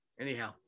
anyhow